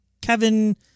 Kevin